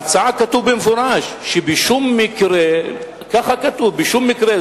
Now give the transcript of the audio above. בהצעה כתוב במפורש בשום מקרה, כך כתוב, בשום מקרה.